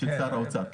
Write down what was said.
של שר האוצר.